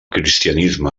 cristianisme